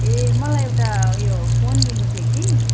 ए मलाई एउटा उयो फोन लिनु थियो कि